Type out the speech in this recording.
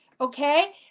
Okay